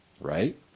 Right